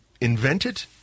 invented